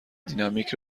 دینامیک